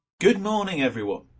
good morning, everyone.